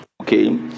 okay